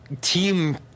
team